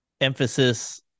emphasis